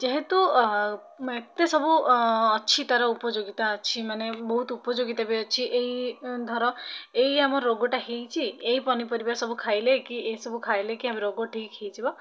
ଯେହେତୁ ଏତେ ସବୁ ଅଛି ତା'ର ଉପଯୋଗୀତା ଅଛି ମାନେ ବହୁତ ଉପଯୋଗୀତା ବି ଅଛି ଏଇ ଧର ଏଇ ଆମର ରୋଗଟା ହେଇଛି ଏଇ ପନିପରିବା ସବୁ ଖାଇଲେ କି ଏଇସବୁ ଖାଇଲେ କି ଆମେ ରୋଗ ଠିକ୍ ହେଇଯିବ